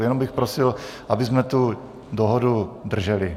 Jenom bych prosil, abychom tu dohodu drželi.